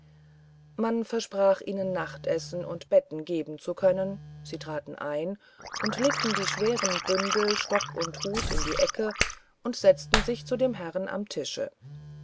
man versprach ihnen nachtessen und betten geben zu können sie traten ein und legten die schweren bündel stock und hut in die ecken und setzten sich zu dem herrn am tische